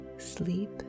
Sleep